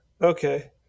Okay